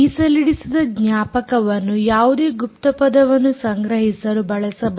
ಮೀಸಲಿಡಿಸಿದ ಜ್ಞಾಪಕವನ್ನು ಯಾವುದೇ ಗುಪ್ತಪದವನ್ನು ಸಂಗ್ರಹಿಸಲು ಬಳಸಬಹುದು